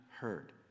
heard